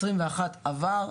2021 עבר,